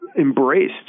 embraced